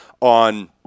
on